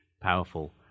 powerful